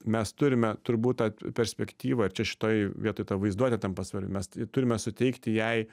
mes turime turbūt tą perspektyvą ir čia šitoj vietoj ta vaizduotė tampa svarbi mes turime suteikti jai